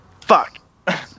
Fuck